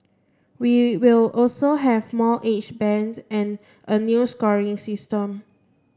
we will also have more age bands and a new scoring system